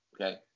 okay